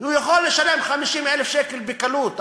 כי הוא יכול לשלם 50,000 שקל בקלות,